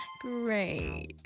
Great